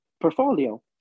portfolio